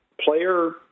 player